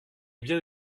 bien